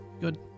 Good